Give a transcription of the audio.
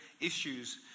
issues